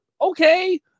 okay